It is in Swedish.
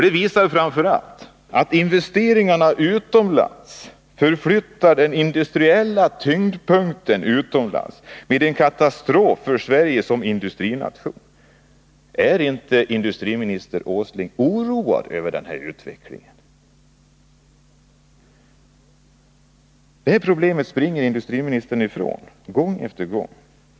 Det visar framför allt att investeringarna utomlands förflyttar den industriella tyngdpunkten utomlands, vilket leder till katastrof för Sverige som industrination. Är inte industriminister Åsling oroad över den här utvecklingen? Detta problem springer industriminstern ifrån gång efter gång.